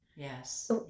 Yes